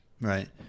Right